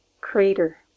Crater